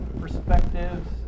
perspectives